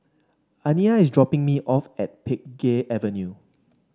Aniyah is dropping me off at Pheng Geck Avenue